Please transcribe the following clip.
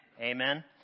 Amen